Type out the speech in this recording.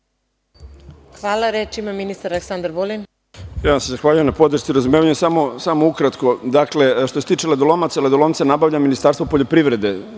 Aleksandar Vulin. **Aleksandar Vulin** Ja vam se zahvaljujem na podršci i razumevanju. Samo ukratko, što se tiče ledolomaca, ledolomce nabavlja Ministarstvo poljoprivrede,